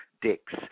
dicks